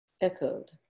echoed